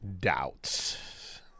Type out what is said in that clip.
doubts